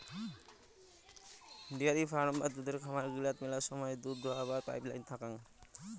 dairy farm বা দুধের খামার গিলাতে মেলা সময় দুধ দোহাবার পাইপ নাইন থাকাং